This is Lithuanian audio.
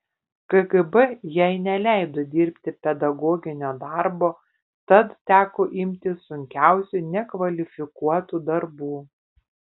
kgb jai neleido dirbti pedagoginio darbo tad teko imtis sunkiausių nekvalifikuotų darbų